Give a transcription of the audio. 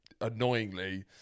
annoyingly